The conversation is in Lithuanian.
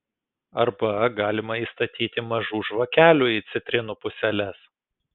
arba galima įstatyti mažų žvakelių į citrinų puseles